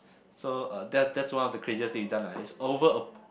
so uh that's that's one of the craziest things we done lah it's over a